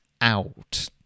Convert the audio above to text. out